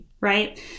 right